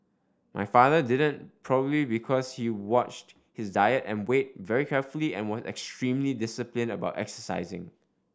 my father didn't probably because he watched his diet and weight very carefully and was extremely disciplined about exercising